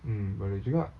mm boleh juga